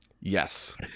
Yes